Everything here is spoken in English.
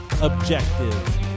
objective